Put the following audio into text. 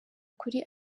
kuri